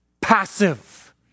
passive